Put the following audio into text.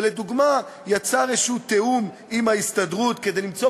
ולדוגמה יצר תיאום כלשהו עם ההסתדרות כדי למצוא